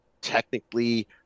technically